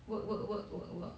work work work work work